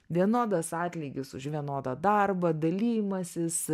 vienodas atlygis už vienodą darbą dalijimasis